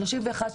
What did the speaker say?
על 31 ילדים,